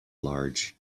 large